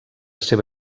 seva